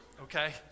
okay